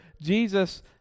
Jesus